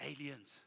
aliens